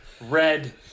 red